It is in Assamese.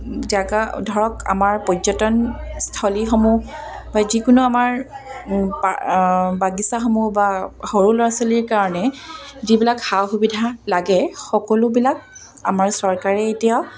জেগা ধৰক আমাৰ পৰ্যটন স্থলীসমূহ বা যিকোনো আমাৰ বাগিচাসমূহ বা সৰু ল'ৰা ছোৱালীৰ কাৰণে যিবিলাক সা সুবিধা লাগে সকলোবিলাক আমাৰ চৰকাৰে এতিয়া